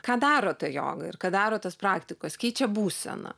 ką daro ta joga ir ką daro tos praktikos keičia būseną